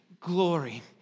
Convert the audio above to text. Glory